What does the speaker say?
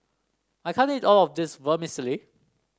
I can't eat all of this Vermicelli